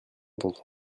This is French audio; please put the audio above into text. dont